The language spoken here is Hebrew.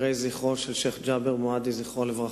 מוקירי זכרו של שיח' ג'בר מועדי זכרו לברכה,